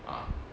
ah